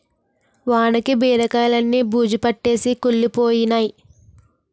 వానకి బీరకాయిలన్నీ బూజుపట్టేసి కుళ్లిపోయినై